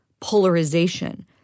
polarization